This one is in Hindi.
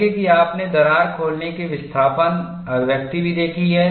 देखें कि आपने दरार खोलने की विस्थापन अभिव्यक्ति भी देखी है